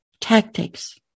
tactics